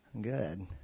Good